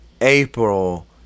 April